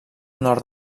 nord